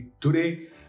today